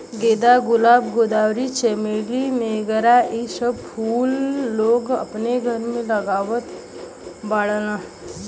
गेंदा, गुलाब, गुलदावरी, चमेली, मोगरा इ सब फूल लोग अपने घरे लगावत बाड़न